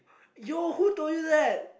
yo who told you that